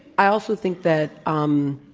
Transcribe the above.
i also think that um